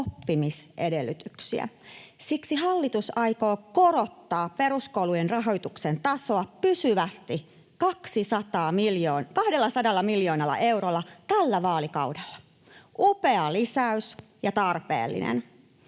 oppimisedellytyksiä. Siksi hallitus aikoo korottaa peruskoulujen rahoituksen tasoa pysyvästi 200 miljoonalla eurolla tällä vaalikaudella — upea lisäys ja tarpeellinen.